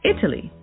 Italy